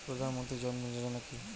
প্রধান মন্ত্রী জন ধন যোজনা কি?